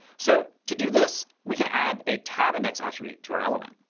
so to do this, we can add a tab index attribute to our element.